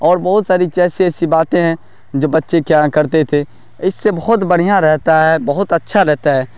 اور بہت ساری ایسی ایسی باتیں ہیں جو بچے کیا کرتے تھے اس سے بہت بڑھیاں رہتا ہے بہت اچھا رہتا ہے